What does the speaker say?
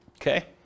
Okay